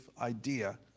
idea